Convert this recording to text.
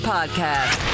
Podcast